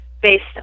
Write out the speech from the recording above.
based